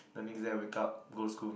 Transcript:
the next day I wake up go school